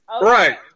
Right